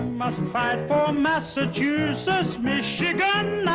must fight for massachusetts. michigan